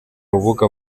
rubuga